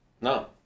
No